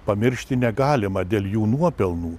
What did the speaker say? pamiršti negalima dėl jų nuopelnų